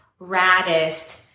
raddest